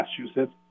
Massachusetts